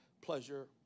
pleasure